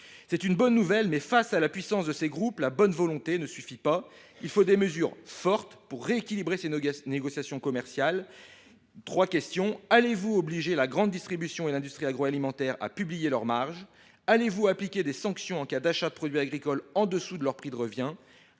C’est une bonne nouvelle, mais, face à la puissance de ces groupes, la bonne volonté ne suffit pas. Il faut des mesures fortes pour rééquilibrer ces négociations commerciales. Madame la ministre, j’ai trois questions à vous poser. Allez vous obliger la grande distribution et l’industrie agroalimentaire à publier leurs marges ? Allez vous appliquer des sanctions en cas d’achat de produits agricoles en dessous de leur prix de revient ?